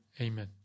amen